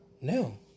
No